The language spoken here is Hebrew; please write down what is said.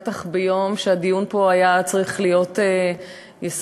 בטח ביום שהדיון פה היה צריך להיות יסודי,